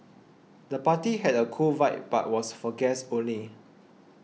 the party had a cool vibe but was for guests only